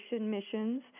missions